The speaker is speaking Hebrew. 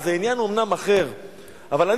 זחאלקה, ואחריו,